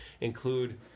include